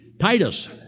Titus